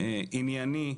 ענייני,